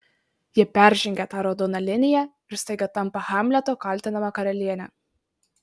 ji peržengia tą raudoną liniją ir staiga tampa hamleto kaltinama karaliene